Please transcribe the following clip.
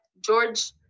George